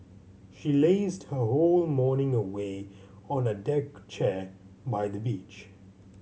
she lazed her whole morning away on a deck chair by the beach